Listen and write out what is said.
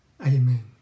Amen